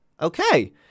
Okay